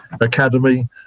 Academy